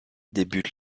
débute